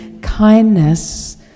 kindness